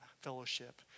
fellowship